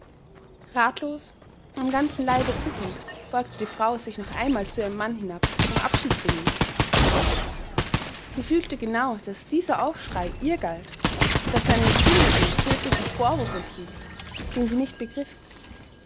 ratlos am ganzen leibe zitternd beugte die frau sich noch einmal zu ihrem mann hinab um abschied zu nehmen sie fühlte genau daß dieser aufschrei ihr galt daß er einen grimmigen tötlichen vorwurf enthielt den sie nicht begriff